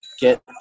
get